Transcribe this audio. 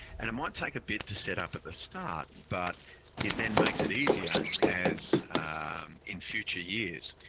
and it might take a bit to set up at the start, but it then makes it easier as in future years.